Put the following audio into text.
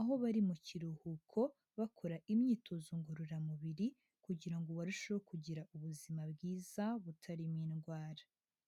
aho bari mu kiruhuko bakora imyitozo ngororamubiri kugira ngo barusheho kugira ubuzima bwiza butarimo indwara.